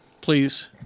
Please